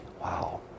Wow